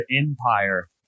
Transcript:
empire